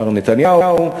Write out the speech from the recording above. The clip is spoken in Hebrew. מר נתניהו,